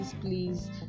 please